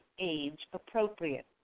age-appropriate